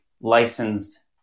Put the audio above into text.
licensed